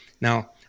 Now